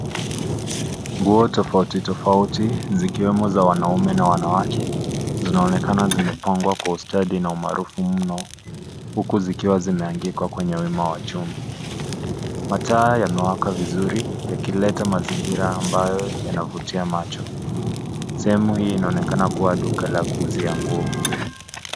Nguo tofauti tofauti zikiwemo za wanaume na wanawake zinaonekana zimepangwa kwa ustadi na umaarufu mno huku zikiwa zimeangikwa kwenye wima wa chuma. Mataa yamewaka vizuri yakileta mazingira ambayo yanavutia macho. Sehemu hii inaonekana kuwa duka la kuuzia nguo.